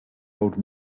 old